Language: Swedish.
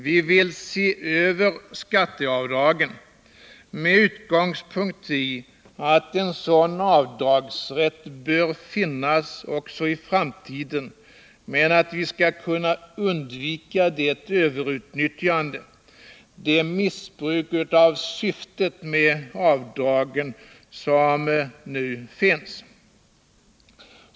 Vi vill se över skatteavdragen med utgångspunkt i att en sådan avdragsrätt bör finnas också i framtiden men att vi skall kunna undvika det överutnyttjande, det missbruk av syftet med avdragen, som nu finns.